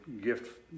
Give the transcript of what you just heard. gift